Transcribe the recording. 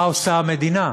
מה עושה המדינה?